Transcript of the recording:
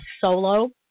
solo